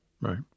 Right